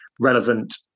relevant